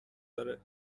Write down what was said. داره